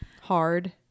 Hard